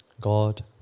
God